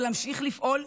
אבל להמשיך לפעול,